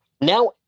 now